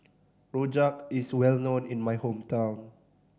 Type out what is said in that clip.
rojak is well known in my hometown